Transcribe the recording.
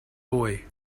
boy